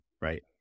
Right